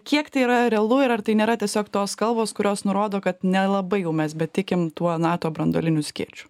kiek tai yra realu ir ar tai nėra tiesiog tos kalbos kurios nurodo kad nelabai jau mes betikim tuo nato branduoliniu skėčiu